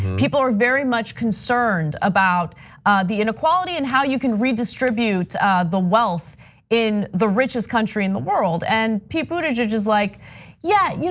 people are very much concerned about the inequality, and how you can redistribute the wealth in the richest country in the world. and pete buttigieg is like yeah,